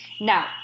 Now